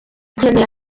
nkeneye